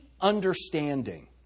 understanding